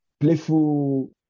playful